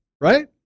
right